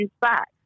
back